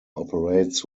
operates